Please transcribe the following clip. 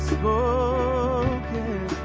spoken